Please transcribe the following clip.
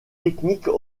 techniques